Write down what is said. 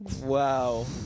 Wow